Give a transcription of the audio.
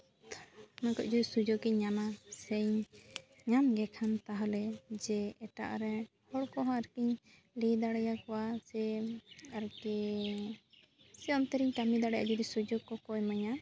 ᱱᱚᱣᱟ ᱠᱚᱨᱮ ᱡᱩᱫᱤ ᱥᱩᱡᱳᱜᱤᱧ ᱧᱟᱢᱟ ᱥᱮᱧ ᱧᱟᱢ ᱜᱮ ᱠᱷᱟᱱ ᱛᱟᱦᱞᱮ ᱡᱮ ᱮᱴᱟᱜ ᱨᱮ ᱦᱚᱲ ᱠᱚᱦᱚᱸ ᱟᱨᱠᱤᱧ ᱞᱟᱹᱭ ᱫᱟᱲᱮᱭᱟᱠᱚᱣᱟ ᱡᱮ ᱟᱨᱠᱤ ᱥᱮ ᱚᱱᱛᱮ ᱨᱮᱧ ᱛᱟᱹᱜᱤ ᱫᱟᱲᱮᱭᱟᱜᱼᱟ ᱡᱩᱫᱤ ᱥᱩᱡᱳᱜᱽ ᱠᱚᱠᱚ ᱤᱢᱟᱹᱧᱟ